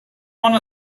wanta